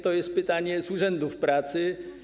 To jest pytanie z urzędów pracy.